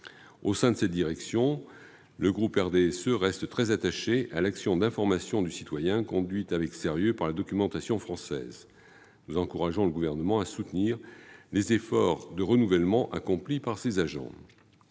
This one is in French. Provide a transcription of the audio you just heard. d'euros est attendu. Le groupe RDSE reste très attaché à l'action d'information du citoyen, menée avec beaucoup de sérieux par la Documentation française. Nous encourageons le Gouvernement à soutenir les efforts de renouvellement accomplis par les agents